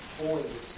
boys